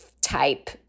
type